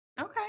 Okay